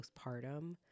postpartum